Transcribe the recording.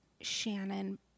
Shannon